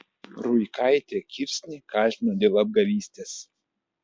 ruikaitė kirsnį kaltino dėl apgavystės